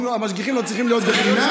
המשגיחים לא צריכים להיות חינם.